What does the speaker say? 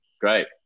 Great